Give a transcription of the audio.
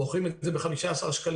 מוכרים את זה ב-15 שקלים,